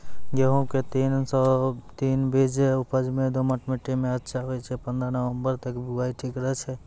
गेहूँम के तीन सौ तीन बीज उपज मे दोमट मिट्टी मे अच्छा होय छै, पन्द्रह नवंबर तक बुआई ठीक रहै छै